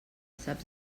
saps